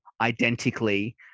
identically